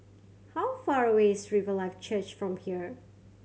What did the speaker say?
how far away is Riverlife Church from here